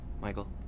Michael